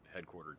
headquartered